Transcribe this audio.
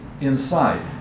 inside